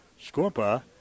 Scorpa